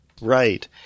Right